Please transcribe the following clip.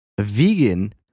vegan